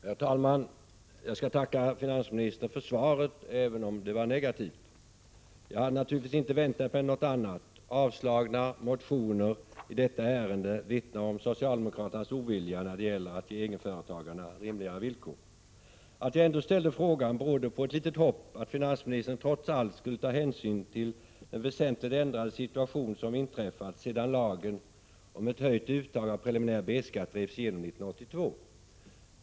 Herr talman! Jag vill tacka finansministern för svaret, även om det var negativt. Jag hade naturligtvis inte väntat mig något annat. Avslagna motioner i detta ärende vittnar om socialdemokraternas ovilja när det gäller att ge egenföretagarna rimliga villkor. Att jag ändå ställde frågan berodde på ett litet hopp — att finansministern trots allt skulle ta hänsyn till den väsentligt ändrade situation som inträtt 7 sedan lagen om ett höjt uttag av preliminär B-skatt drevs igenom 1982.